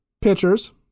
pitchers